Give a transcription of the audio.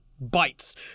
bites